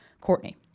Courtney